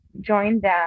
joined